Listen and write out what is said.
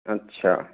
अच्छा